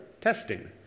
testing